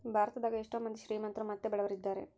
ಭಾರತದಗ ಎಷ್ಟ ಮಂದಿ ಶ್ರೀಮಂತ್ರು ಮತ್ತೆ ಬಡವರಿದ್ದಾರೆ?